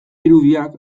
irudiak